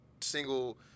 single